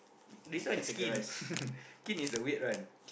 this one is kin kin is the weird one